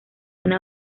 una